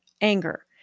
anger